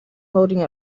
holding